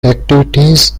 activities